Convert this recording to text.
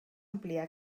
ampliar